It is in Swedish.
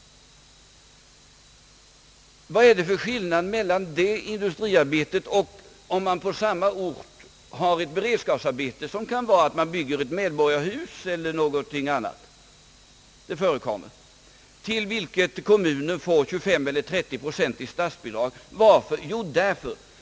Vad är det för skillnad mellan detta industriarbete och om man på samma ort har beredskapsarbete, som kan bestå i byggandet av medborgarhus eller något annat objekt — det förekommer — till vilket kommunen får 25 eller 30 procent i statsbidrag? Varför får kommunen statsbidrag i detta fall?